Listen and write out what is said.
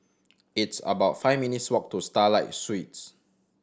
it's about five minutes' walk to Starlight Suites